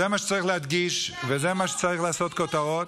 זה מה שצריך להדגיש וזה מה שצריך לעשות כותרות.